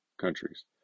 countries